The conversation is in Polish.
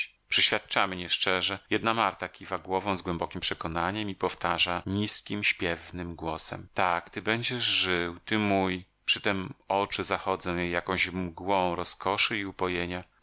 przyświadczać przyświadczamy nieszczerze jedna marta kiwa głową z głębokiem przekonaniem i powtarza nizkim śpiewnym głosem tak ty będziesz żył ty mój przytem oczy zachodzą jej jakąś mgłą rozkoszy i upojenia